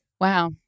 Wow